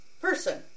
person